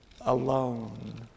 alone